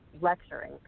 lecturing